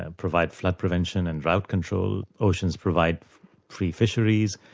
and provide flood prevention and drought control, oceans provide free fisheries,